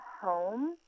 home